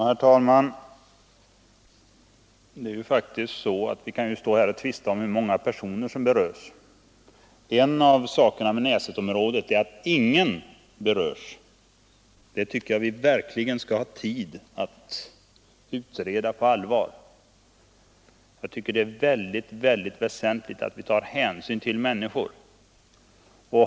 Herr talman! Vi kan stå här och tvista om hur många personer som berörs. En av fördelarna med Näsetområdet är att ingen person berörs. Därför tycker jag att vi skall ha tid att utreda det alternativet på allvar. Jag tycker att det är väsentligt att vi tar hänsyn till människor.